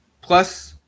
plus